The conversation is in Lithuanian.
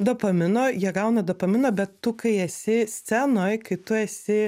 dopamino jie gauna dopamino bet tu kai esi scenoj kai tu esi